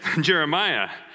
Jeremiah